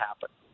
happen